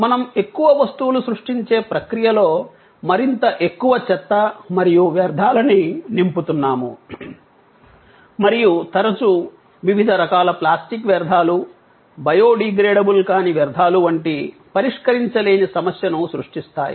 మనం ఎక్కువ వస్తువులు సృష్టించే ప్రక్రియలో మరింత ఎక్కువ చెత్త మరియు వ్యర్థాలని నింపుతున్నాము మరియు తరచూ వివిధ రకాల ప్లాస్టిక్ వ్యర్థాలు బయోడీగ్రేడబుల్ కాని వ్యర్థాలు వంటి పరిష్కరించలేని సమస్యను సృష్టిస్తాయి